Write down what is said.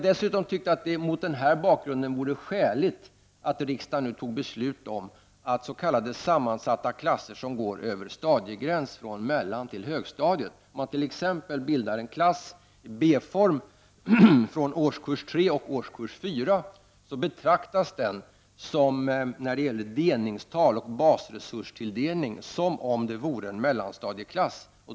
Det är mot den bakgrunden skäligt att riksdagen nu fattar beslut om s.k. sammansatta klasser som går över stadiegränsen från mellantill högstadiet. Man bildar t.ex. en klass, B-form, från årskurs 3-4, som betraktas när det gäller delningstal och basresurstilldelning som om den vore en mellanstadieklass.